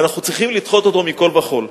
ואנחנו צריכים לדחות אותו מכול וכול.